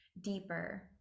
deeper